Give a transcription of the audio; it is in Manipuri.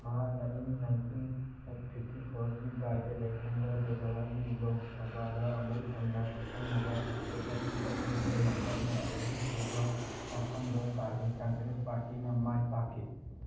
ꯃꯍꯥꯛꯅ ꯏꯪ ꯅꯥꯏꯟꯇꯤꯟ ꯐꯤꯞꯇꯤ ꯐꯣꯔꯒꯤ ꯕꯥꯏ ꯏꯂꯦꯛꯁꯟꯗ ꯕꯨꯖꯔꯥꯒꯤ ꯂꯣꯛ ꯁꯕꯥꯗ ꯑꯃꯨꯛ ꯍꯟꯅ ꯆꯪꯅꯕ ꯍꯣꯠꯅꯈꯤ ꯑꯗꯨꯕꯨ ꯃꯍꯥꯛ ꯑꯍꯨꯝꯁꯨꯕ ꯃꯐꯝꯗ ꯇꯥꯈꯤ ꯀꯡꯒ꯭ꯔꯦꯁ ꯄꯥꯔꯇꯤꯅ ꯃꯥꯏ ꯄꯥꯛꯈꯤ